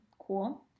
Cool